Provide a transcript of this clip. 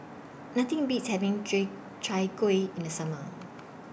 Nothing Beats having J Chai Kueh in The Summer